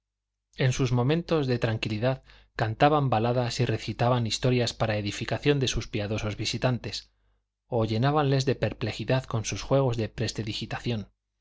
en sus momentos de tranquilidad cantaban baladas y recitaban historias para edificación de sus piadosos visitantes o llenábanles de perplejidad con sus juegos de